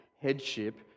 headship